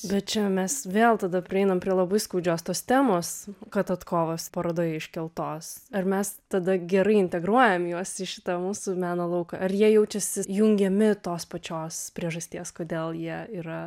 bet čia mes vėl tada prieinam prie labai skaudžios tos temos kototkovos parodoje iškeltos ar mes tada gerai integruojam juos į šitą mūsų meno lauką ar jie jaučiasi jungiami tos pačios priežasties kodėl jie yra